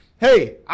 hey